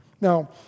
Now